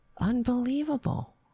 unbelievable